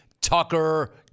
Tucker